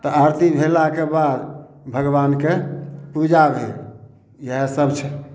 तऽ आरती भेलाके बाद भगबानके पूजा भेल इएह सब छै